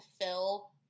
fill